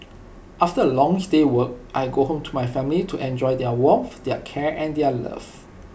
after A longs day work I go home to my family to enjoy their warmth their care and their love